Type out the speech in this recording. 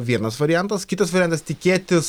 vienas variantas kitas variantas tikėtis